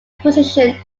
position